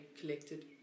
collected